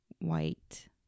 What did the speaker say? white